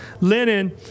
linen